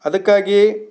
ಅದಕ್ಕಾಗಿ